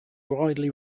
widely